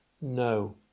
no